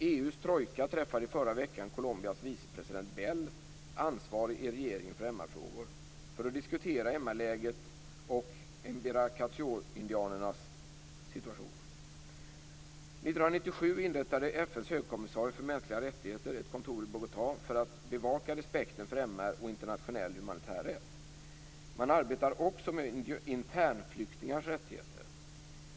EU:s trojka träffade i förra veckan Colombias vicepresident Bell, ansvarig i regeringen för MR-frågor, för att diskutera År 1997 inrättade FN:s högkommissarie för mänskliga rättigheter ett kontor i Bogotá för att bevaka respekten för MR och internationell humanitär rätt. Man arbetar också med internflyktingars rättigheter.